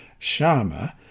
Sharma